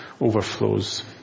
overflows